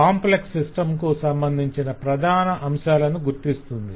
complex system కు సంబంధించిన ప్రధాన అంశాలను గుర్తిస్తుంది